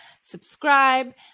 subscribe